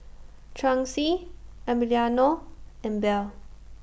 Chauncy Emiliano and Bell